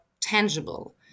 tangible